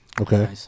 Okay